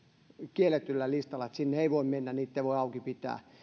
kielletyllä listalla että sinne ei voi mennä niitä ei voi auki pitää